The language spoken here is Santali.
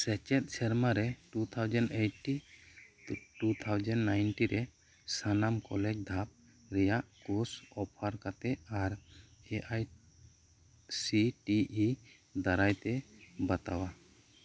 ᱥᱮᱪᱮᱫ ᱥᱮᱨᱢᱟ ᱨᱮ two thousand eighty two thousand ninety ᱨᱮ ᱥᱟᱱᱟᱢ ᱠᱚᱞᱮᱡᱽ ᱫᱷᱟᱯ ᱨᱮᱭᱟᱜ ᱠᱳᱥ ᱚᱯᱷᱟᱨ ᱠᱟᱛᱮᱜ ᱟᱨ A I C T E ᱫᱟᱨᱟᱭ ᱛᱮ ᱵᱟᱛᱟᱣᱟ